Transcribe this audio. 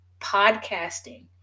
podcasting